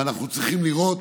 ואנחנו צריכים לראות